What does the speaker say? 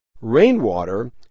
rainwater